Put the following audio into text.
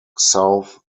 south